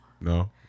no